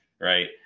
right